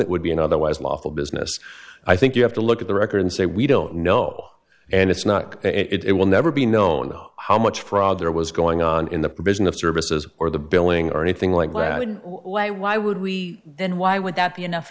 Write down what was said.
it would be an otherwise lawful business i think you have to look at the record and say we don't know and it's not it will never be known how much fraud there was going on in the provision of services or the billing or anything like that and why why would we then why would that be enough